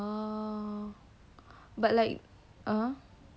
oh but like !huh!